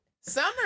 Summer